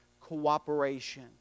cooperation